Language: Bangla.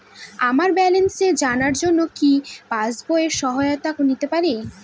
আমার ব্যালেন্স জানার জন্য কি পাসবুকের সহায়তা নিতে পারি?